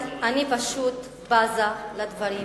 (חבר הכנסת משה מטלון יוצא מאולם המליאה.) אני פשוט בזה לדברים האלה.